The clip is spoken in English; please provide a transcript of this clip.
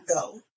go